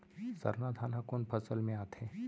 सरना धान ह कोन फसल में आथे?